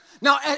Now